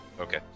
Okay